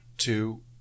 two